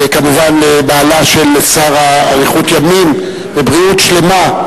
וכמובן, לבעלה של שרה, אריכות ימים ובריאות שלמה,